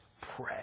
pray